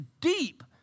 deep